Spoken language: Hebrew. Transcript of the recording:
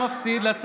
קריאה ראשונה.